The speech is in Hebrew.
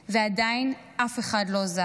ועדיין אף אחד לא זז.